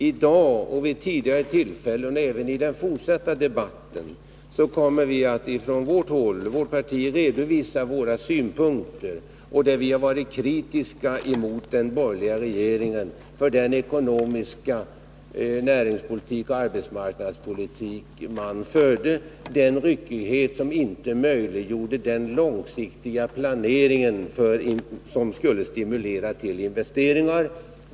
I dag — det har vi också gjort tidigare, och det kommer vi att göra även i den fortsatta debatten — kommer vi att redovisa partiets synpunkter och kritik beträffande den ekonomiska politik, den näringspolitik och den arbetsmarknadspolitik som den borgerliga regeringen förde. Vi har pekat på den ryckighet som möjliggjort den långsiktiga planering som skulle stimulera till investeringar.